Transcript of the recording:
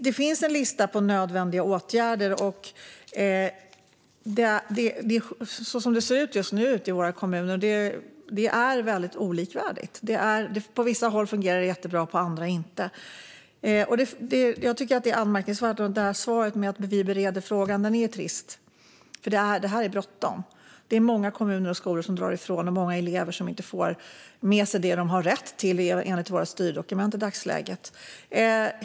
Det finns en lista över nödvändiga åtgärder. Som det ser ut just nu ute i våra kommuner är det väldigt olikvärdigt. På vissa håll fungerar det jättebra, på andra inte. Jag tycker att detta är anmärkningsvärt. Svaret att ni bereder frågan är trist. Det är bråttom. Många kommuner och skolor drar ifrån, och många elever får i dagsläget inte med sig det de har rätt till enligt våra styrdokument.